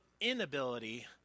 inability